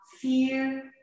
fear